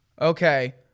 Okay